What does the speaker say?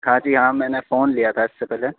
ہاں جی ہاں میں نے فون لیا تھا اس سے پہلے